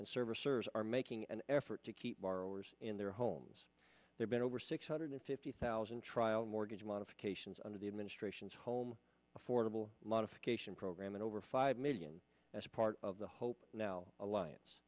and servicers are making an effort to keep borrowers in their homes they've been over six hundred fifty thousand trial mortgage modifications under the administration's home affordable modification program and over five million as part of the hope now alliance